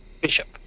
Bishop